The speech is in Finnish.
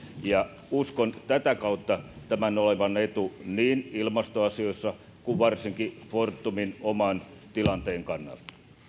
uskon tätä kautta tämän olevan etu niin ilmastoasioissa kuin varsinkin fortumin oman tilanteen kannalta